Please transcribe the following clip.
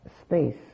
space